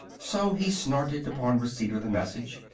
so he snorted, upon receipt of the message.